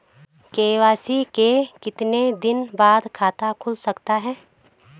KYC के कितने दिन बाद खाता खुल सकता है?